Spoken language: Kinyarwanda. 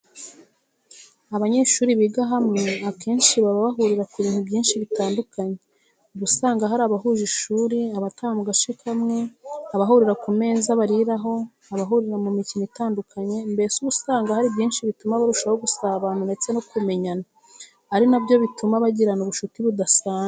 Abanyeshuri biga hamwe akenshi baba bahurira ku bintu byinshi bitandukanye. Uba usanga hari abshuje ishuri, abataha mu gace kamwe, abahurira ku meza bariraho, abahurira mu mikino itandukanye mbese uba usanga hari byinshi bituma barushsho gusabana ndetse no kumenyana ari nabyo bituma bagirana ubushuti budasanzwe.